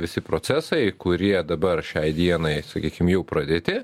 visi procesai kurie dabar šiai dienai sakykim jau pradėti